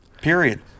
Period